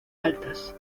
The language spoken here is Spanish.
altas